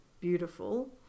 beautiful